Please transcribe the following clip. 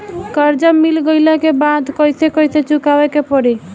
कर्जा मिल गईला के बाद कैसे कैसे चुकावे के पड़ी?